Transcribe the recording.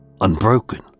unbroken